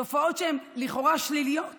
תופעות שהן לכאורה שליליות ומביישות,